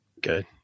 Good